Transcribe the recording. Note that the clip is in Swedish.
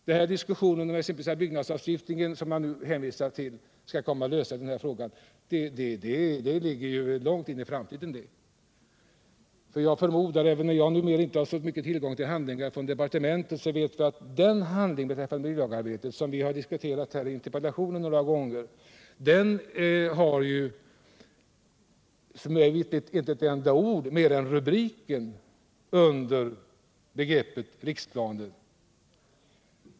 Man hänvisar till att en byggnadslagstiftning skall lösa denna fråga, men det ligger långt in i framtiden. Även om jag numera inte har tillgång till handlingar från departementet vet jag från interpellationsdebatter att de handlingar som berör byggnadslagstiftningen inte har ett enda ord, mer än rubriken, om begreppet riksplanen.